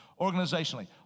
organizationally